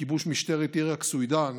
לכיבוש משטרת עיראק סווידאן,